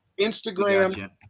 Instagram